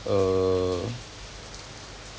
err